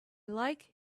like